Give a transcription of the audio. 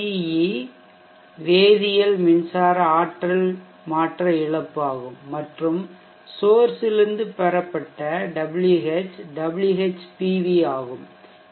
Whce வேதியியல் மின்சார ஆற்றல் மாற்ற இழப்பு ஆகும் மற்றும் சோர்சிலிருந்து பெறப்பட்ட Wh WhPV ஆகும்